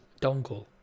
Dongle